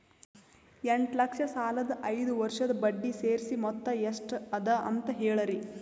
ಎಂಟ ಲಕ್ಷ ಸಾಲದ ಐದು ವರ್ಷದ ಬಡ್ಡಿ ಸೇರಿಸಿ ಮೊತ್ತ ಎಷ್ಟ ಅದ ಅಂತ ಹೇಳರಿ?